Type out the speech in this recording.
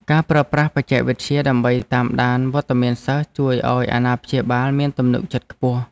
ការប្រើប្រាស់បច្ចេកវិទ្យាដើម្បីតាមដានវត្តមានសិស្សជួយឱ្យអាណាព្យាបាលមានទំនុកចិត្តខ្ពស់។